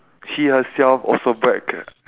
she herself also brag